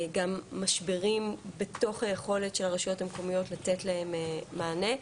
גם משברים בתוך היכולת של הרשויות המקומיות לתת להם מענה,